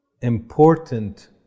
important